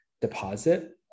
deposit